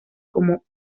como